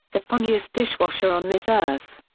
the funniest dishwasher on this earth.